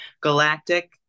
galactic